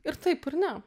ir taip ir ne